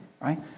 right